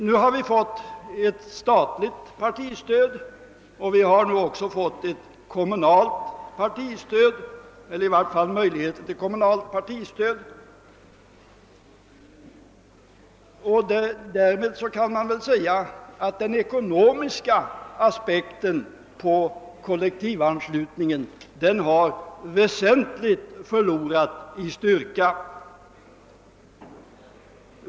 Nu har vi emellertid fått ett statligt partistöd liksom också ett kommunalt, i varje fall möjligheter till ett sådant, och därmed kan man väl säga att den ekonomiska aspekten på kollektivanslutningen väsentligt förlorat i styrka.